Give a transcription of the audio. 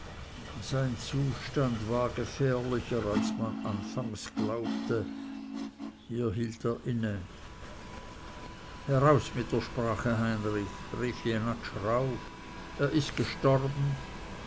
sein zustand war gefährlicher als man anfangs glaubte hier hielt er inne heraus mit der sprache heinrich rief jenatsch rauh er ist gestorben